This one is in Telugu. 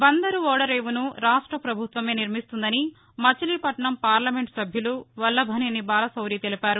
బందరు ఓడరేవును రాష్ట పభుత్వమే నిర్మిస్తుందని మచిలీపట్నం పార్లమెంటు సభ్యులు వల్లభినేని బాలశౌరి తెలిపారు